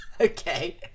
Okay